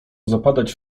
zapadać